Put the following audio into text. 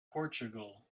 portugal